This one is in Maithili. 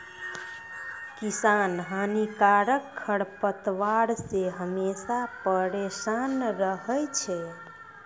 किसान हानिकारक खरपतवार से हमेशा परेसान रहै छै